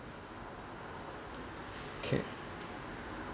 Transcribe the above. okay